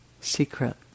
secret